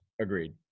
Agreed